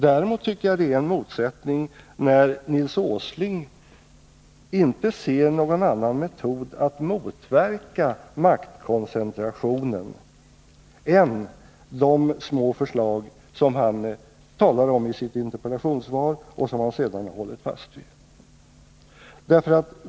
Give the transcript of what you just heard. Däremot tycker jag att det är en motsättning när Nils Åsling inte ser någon annan metod att motverka maktkoncentrationen än de små förslag som han talar om i sitt interpellationssvar och som han sedan har hållit fast vid.